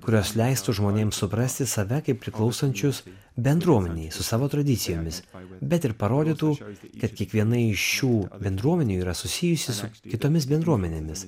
kurios leistų žmonėms suprasti save kaip priklausančius bendruomenei su savo tradicijomis bet ir parodytų kad kiekviena iš šių bendruomenių yra susijusi su kitomis bendruomenėmis